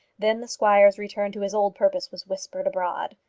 then the squire's return to his old purpose was whispered abroad.